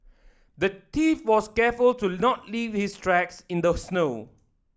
the thief was careful to not leave his tracks in the snow